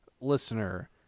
listener